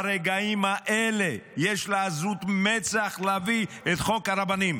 ברגעים האלה, יש לה עזות מצח להביא את חוק הרבנים.